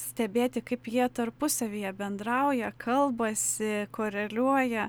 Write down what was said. stebėti kaip jie tarpusavyje bendrauja kalbasi koreliuoja